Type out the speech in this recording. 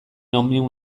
omnium